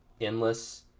endless